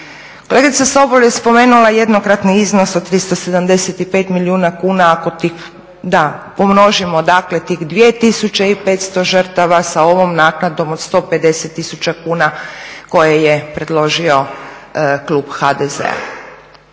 Kolegica Sobol je spomenula jednokratni iznos od 375 milijuna kuna, ako pomnožimo dakle tih 2500 žrtava za ovom naknadom od 150 000 kuna koje je predložio klub HDZ-a.